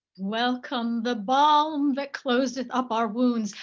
welcome the balm that closeth up our wounds,